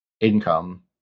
income